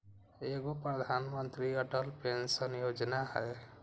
एगो प्रधानमंत्री अटल पेंसन योजना है?